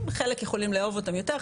חלק יכולים לאהוב אותם יותר,